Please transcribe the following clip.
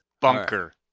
Bunker